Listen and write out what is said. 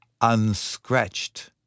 unscratched